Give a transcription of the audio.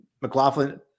McLaughlin